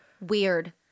Weird